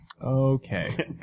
Okay